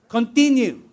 Continue